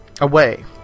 away